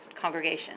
congregation